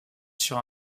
sur